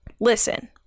listen